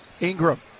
Ingram